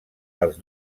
els